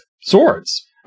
swords